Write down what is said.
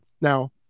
Now